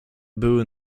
były